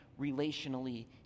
relationally